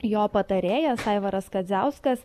jo patarėjas aivaras kadziauskas